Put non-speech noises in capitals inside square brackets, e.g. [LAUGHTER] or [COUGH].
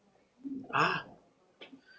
ah [BREATH]